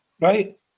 right